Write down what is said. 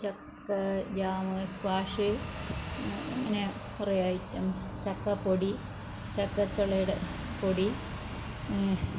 ചക്ക jam squash ഇങ്ങനെ കുറേ ഐറ്റം ചക്കപ്പൊടി ചക്കച്ചുളയുടെ പൊടി